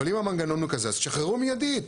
אבל אם המנגנון הוא כזה, אז שחררו מיידית.